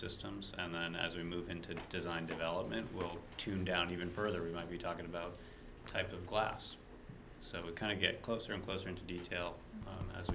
systems and then as we move into design development we'll tune down even further we might be talking about type of glass so we kind of get closer and closer into detail